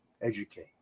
educate